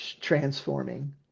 transforming